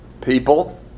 People